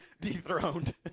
dethroned